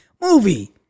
movie